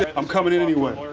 i'm coming in anyway.